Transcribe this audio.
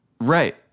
Right